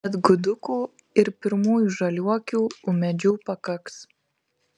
bet gudukų ir pirmųjų žaliuokių ūmėdžių pakaks